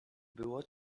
było